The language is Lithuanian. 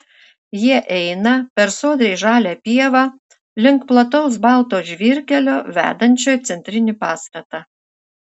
jie eina per sodriai žalią pievą link plataus balto žvyrkelio vedančio į centrinį pastatą